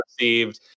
received